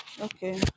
okay